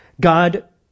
God